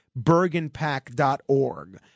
bergenpack.org